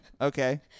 Okay